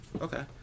Okay